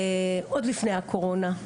עוד לפני הקורונה,